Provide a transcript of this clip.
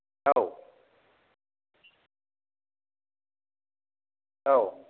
औ औ